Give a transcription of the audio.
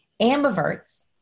Ambiverts